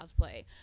cosplay